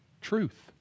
truth